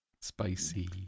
Spicy